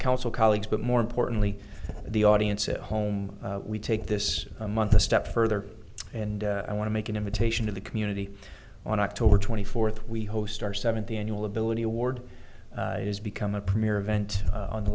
council colleagues but more importantly the audience at home we take this month a step further and i want to make an invitation to the community on october twenty fourth we host our seventh annual ability award has become a premier event on the